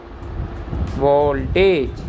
Voltage